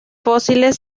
fósiles